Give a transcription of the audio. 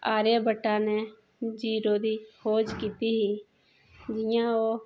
आर्या बट्ट ने जीरो दी खोज कीती ही जि'यां ओह्